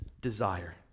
desire